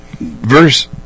verse